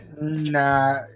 nah